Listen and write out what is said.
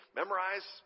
memorize